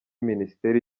minisiteri